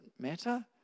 matter